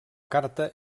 carta